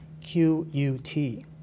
QUT